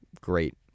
great